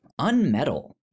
Unmetal